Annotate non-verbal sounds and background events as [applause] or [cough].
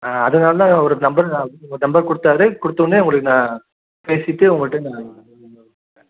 ஆ அதுனால தான் அவர் நம்பர் [unintelligible] உங்கள் நம்பர் கொடுத்தாரு கொடுத்தோனே உங்களுக்கு நான் பேசிகிட்டு உங்கள்கிட்ட நான் [unintelligible]